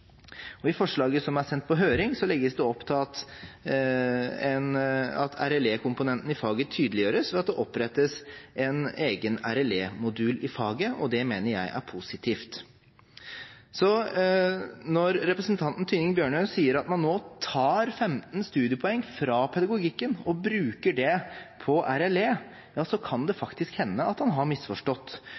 I forslaget som er sendt på høring, legges det opp til at RLE-komponenten i faget tydeliggjøres ved at det opprettes en egen RLE-modul i faget, og det mener jeg er positivt. Når representanten Tynning Bjørnø sier at man nå tar femten studiepoeng fra pedagogikken og bruker dem på RLE, kan det faktisk hende at han har misforstått,